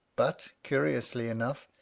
but, curiously enough,